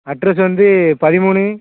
address வந்து பதிமூணு